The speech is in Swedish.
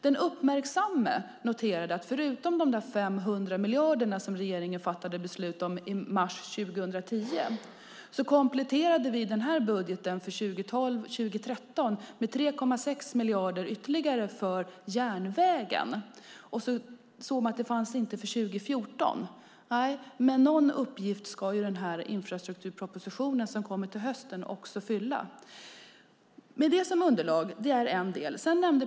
Den uppmärksamme noterade att förutom de 500 miljarder som regeringen fattade beslut om i mars 2010 kompletterade vi budgeten för 2012/13 med 3,6 miljarder ytterligare för järnvägen. Man såg då att det inte fanns något för 2014. Nej, men den infrastrukturproposition som kommer till hösten ska också ha en uppgift. Det är en del.